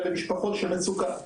אלה משפחות של מצוקה,